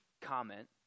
comment